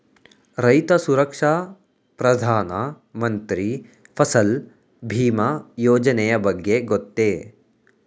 ರೈತ ಸುರಕ್ಷಾ ಪ್ರಧಾನ ಮಂತ್ರಿ ಫಸಲ್ ಭೀಮ ಯೋಜನೆಯ ಬಗ್ಗೆ ಗೊತ್ತೇ?